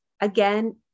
again